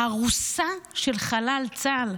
ארוסה של חלל צה"ל,